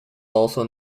also